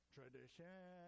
Tradition